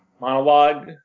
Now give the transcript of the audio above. monologue